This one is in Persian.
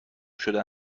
شده